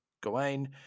Gawain